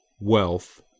wealth